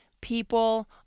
people